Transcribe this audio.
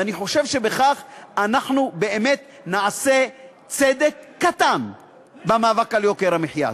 ואני חושב שבכך אנחנו באמת נעשה צדק קטן במאבק על יוקר המחיה.